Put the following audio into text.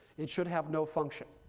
it should have no function.